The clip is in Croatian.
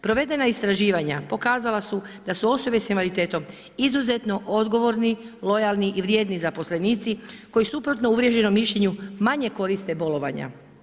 Provedena istraživanja pokazala su da su osobe s invaliditetom izuzetno odgovorni, lojalni i vrijedi zaposlenici koji suprotno uvriježenom mišljenju manje koriste bolovanja.